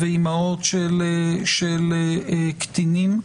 של קטינים.